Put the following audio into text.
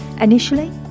Initially